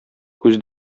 күз